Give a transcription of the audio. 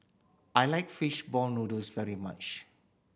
I like fish ball noodles very much